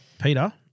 Peter